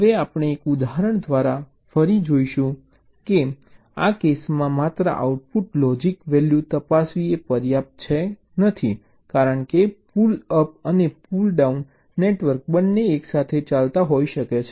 હવે આપણે એક ઉદાહરણ દ્વારા ફરી જોઈશું તેથી આ કેસમાં માત્ર આઉટપુટમાં લોજિક વેલ્યુ તપાસવી એ પર્યાપ્ત નથી કારણ કે પુલ અપ અને પુલ ડાઉન નેટવર્ક બંને એકસાથે ચાલતા હોઈ શકે છે